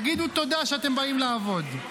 תגידו תודה שאתם באים לעבוד.